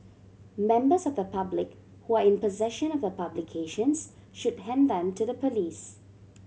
members of the public who are in possession of the publications should hand them to the police